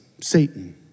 Satan